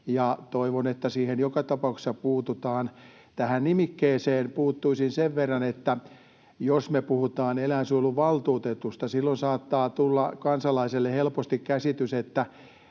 toivon, että siihen joka tapauksessa puututaan. Tähän nimikkeeseen puuttuisin sen verran, että jos me puhutaan eläinsuojeluvaltuutetusta, silloin saattaa tulla kansalaiselle helposti käsitys, että